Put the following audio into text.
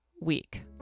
week